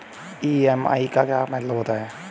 EMI का क्या मतलब होता है?